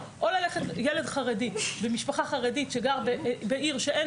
ילד חרדי במשפחה חרדית שגר בעיר שאין